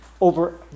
over